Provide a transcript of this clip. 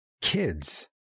kids